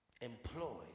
employed